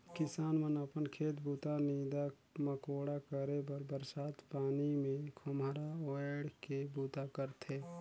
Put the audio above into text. किसान मन अपन खेत बूता, नीदा मकोड़ा करे बर बरसत पानी मे खोम्हरा ओएढ़ के बूता करथे